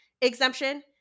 exemption